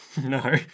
No